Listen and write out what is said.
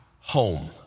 home